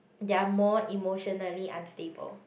they're more emotionally unstable